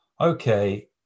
okay